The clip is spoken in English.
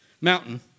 mountain